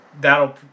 That'll